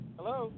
Hello